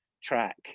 track